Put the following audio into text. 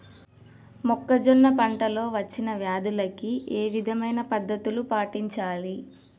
మొక్కజొన్న పంట లో వచ్చిన వ్యాధులకి ఏ విధమైన పద్ధతులు పాటించాలి?